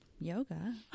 Yoga